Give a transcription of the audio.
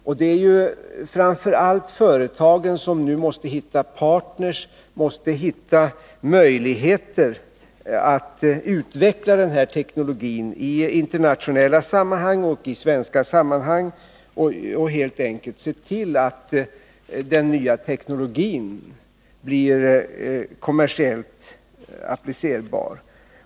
Företagen måste nu framför allt, i internationella sammanhang och i svenska sammanhang, hitta partner och möjligheter att utveckla den nya teknologin och helt enkelt se till att den blir kommersiellt applicerbar.